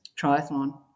triathlon